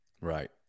Right